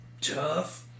tough